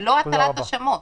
אין כאן הטלת האשמות,